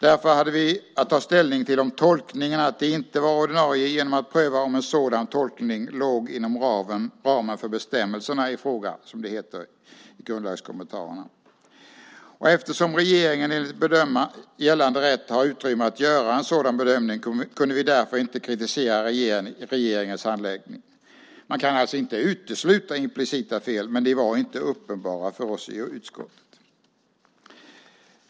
Därför hade vi att ta ställning till om tolkningen att de inte var ordinarie genom att pröva om en sådan tolkning låg inom ramen för bestämmelserna i fråga, som det heter i grundlagskommentarerna. Eftersom regeringen enligt gällande rätt har rätt att göra en sådan bedömning kunde vi inte kritisera regeringens handläggning. Man kan alltså inte utesluta implicita fel, men det var inte uppenbart för oss i utskottet.